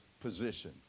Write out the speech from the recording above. position